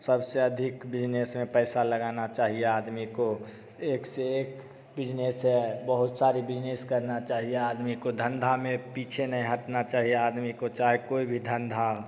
सबसे अधिक बिजनेस में पैसा लगाना चाहिए आदमी को एक से एक बिज़नेस है बहुत सारे बिज़नेस करना चाहिए आदमी को धंधा में पीछे नहीं हटना चाहिए आदमी को चाहे कोई भी धंधा